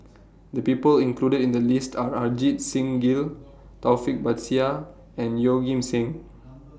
The People included in The list Are Ajit Singh Gill Taufik Batisah and Yeoh Ghim Seng